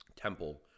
temple